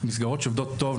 מסגרות שעובדות טוב,